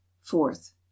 fourth